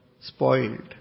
spoiled